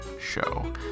show